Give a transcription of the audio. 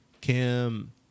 Kim